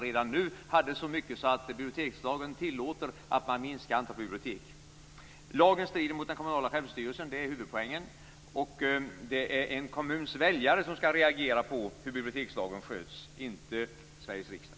Redan nu hade man så mycket att bibliotekslagen tillåter att minska antalet bibliotek. Lagen strider mot den kommunala självstyrelsen, det är huvudpoängen. Det är en kommuns väljare som skall reagera på hur bibliotekslagen sköts, inte Sveriges riksdag.